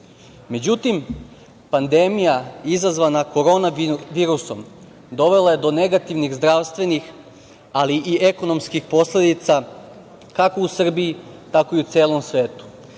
godinu.Međutim, pandemija izazvana korona virusom dovela je do negativnih zdravstvenih, ali i ekonomskih posledica, kako u Srbiji tako i u celom svetu.